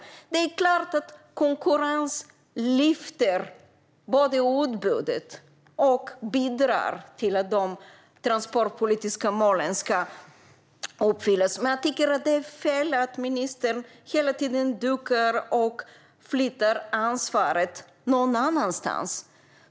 Det är klart att konkurrens både lyfter utbudet och bidrar till att de transportpolitiska målen uppfylls. Det är fel att ministern hela tiden duckar och flyttar ansvaret någon annanstans.